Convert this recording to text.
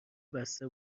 بسته